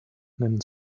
nennen